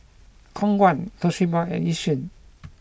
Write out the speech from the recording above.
Khong Guan Toshiba and Yishion